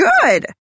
good